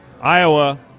Iowa